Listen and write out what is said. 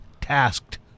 tasked